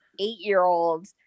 Eight-year-old